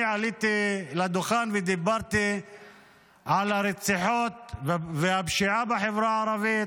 אני עליתי לדוכן ודיברתי על הרציחות והפשיעה בחברה הערבית,